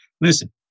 Listen